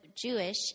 Jewish